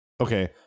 Okay